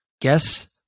guess